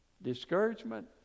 Discouragement